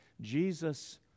Jesus